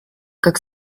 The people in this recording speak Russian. как